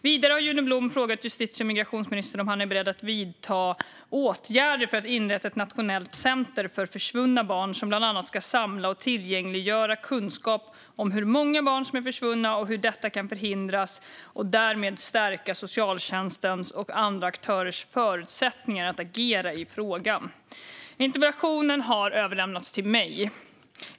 Vidare har Juno Blom frågat justitie och migrationsministern om han är beredd att vidta åtgärder för att inrätta ett nationellt center för försvunna barn, som bland annat ska samla och tillgängliggöra kunskap om hur många barn som är försvunna och hur detta kan förhindras och därmed stärka socialtjänstens och andra aktörers förutsättningar att agera i frågan. Interpellationen har överlämnats till mig.